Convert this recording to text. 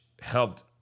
helped